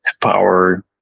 power